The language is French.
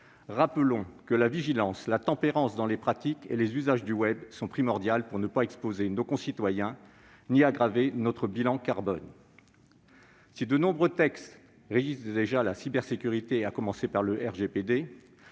rappelons que la vigilance et la tempérance dans les pratiques et les usages du web sont primordiales pour ne pas exposer nos concitoyens ni aggraver notre bilan carbone. Si de nombreux textes, à commencer par le RGPD,